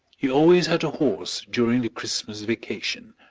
he always had a horse during the christmas vacation,